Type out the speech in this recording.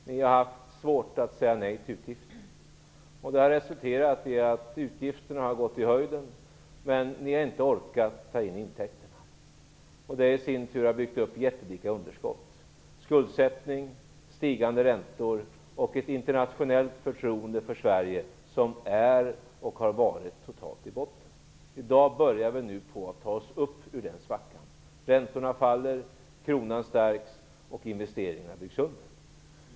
De har haft svårt att säga nej till utgifter, vilket har resulterat i att utgifterna har gått i höjden, men de har inte orkat ta in intäkterna. Det har i sin tur byggt upp jättelika underskott - skuldsättning, stigande räntor och ett internationellt förtroende för Sverige som är och har varit helt i botten. I dag börjar vi att ta oss upp ur den svackan. Räntorna faller, kronan stärks och investeringarna byggs upp.